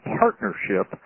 partnership